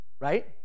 right